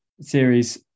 series